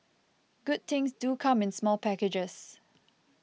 good things do come in small packages